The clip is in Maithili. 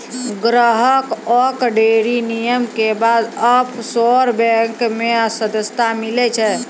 ग्राहक कअ ढ़ेरी नियम के बाद ऑफशोर बैंक मे सदस्यता मीलै छै